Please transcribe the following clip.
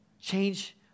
change